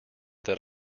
that